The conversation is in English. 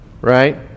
right